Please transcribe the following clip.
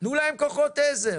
תנו להם כוחות עזר,